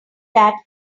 that